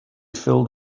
filled